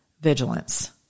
vigilance